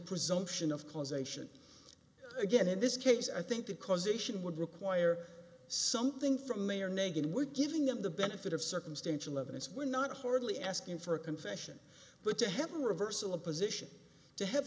presumption of causation again in this case i think the causation would require something from mayor nagin we're giving him the benefit of circumstantial evidence we're not hardly asking for a confession but to have a reversal a position to have